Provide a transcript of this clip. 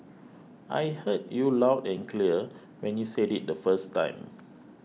I heard you loud and clear when you said it the first time